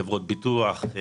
חברות ביטוח,